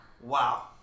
wow